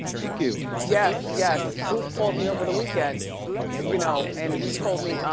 thank you. yes, yes. boof called me over the weekend you know and he told me,